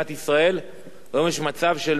והיום יש מצב של מדינה בתוך מדינה.